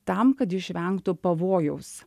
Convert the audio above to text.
tam kad išvengtų pavojaus